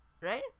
Right